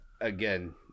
again